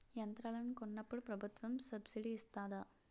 యంత్రాలను కొన్నప్పుడు ప్రభుత్వం సబ్ స్సిడీ ఇస్తాధా?